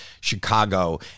Chicago